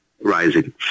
rising